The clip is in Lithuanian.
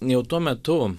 jau tuo metu